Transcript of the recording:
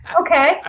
Okay